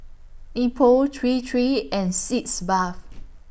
Nepro Tree three and Sitz Bath